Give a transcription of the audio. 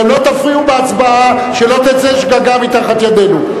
אתם לא תפריעו בהצבעה, שלא תצא שגגה מתחת ידנו.